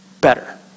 better